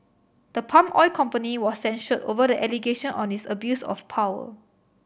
the palm oil company was censured over the allegation on its abuse of power